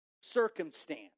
circumstance